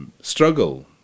struggle